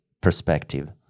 perspective